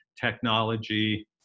technology